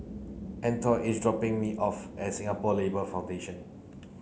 Antione is dropping me off at Singapore Labour Foundation